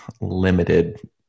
limited